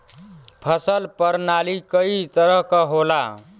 फसल परनाली कई तरह क होला